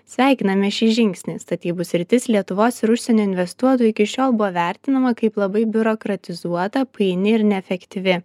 sveikiname šį žingsnį statybų sritis lietuvos ir užsienio investuotojų iki šiol buvo vertinama kaip labai biurokratizuota paini ir neefektyvi